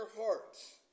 hearts